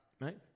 Right